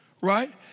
right